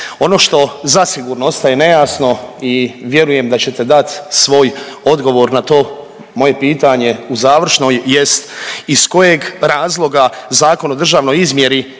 Ono što zasigurno ostaje nejasno i vjerujem da ćete dati svoj odgovor na to moje pitanje u završnoj jest iz kojeg razloga Zakon o državnoj izmjeri